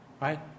right